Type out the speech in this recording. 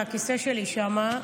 על הכיסא שלי שם,